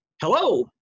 hello